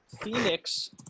Phoenix